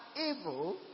evil